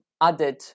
added